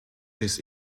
this